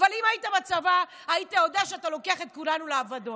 אבל אם היית בצבא היית יודע שאתה לוקח את כולנו לאבדון.